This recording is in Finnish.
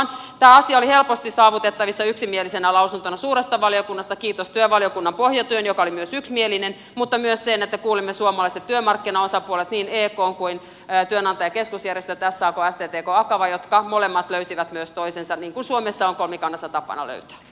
tämä asia oli helposti saavutettavissa yksimielisenä lausuntona suuresta valiokunnasta kiitos työvaliokunnan pohjatyön joka oli myös yksimielinen mutta myös sen ansiosta että kuulimme suomalaisia työmarkkinaosapuolia niin ekta kuin työntekijäkeskusjärjestöjä sakta sttkta akavaa jotka molemmat löysivät myös toisensa niin kuin suomessa on kolmikannassa tapana löytää